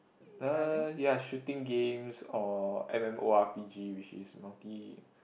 uh ya shooting games or M_M_O_R_P_G which is multi